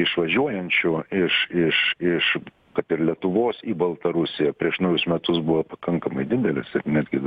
išvažiuojančių iš iš iš kad ir lietuvos į baltarusiją prieš naujus metus buvo pakankamai didelis ir netgi